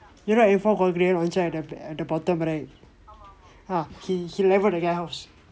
you know M four called grenade launcher at the at the bottom right ah ah he level the guy house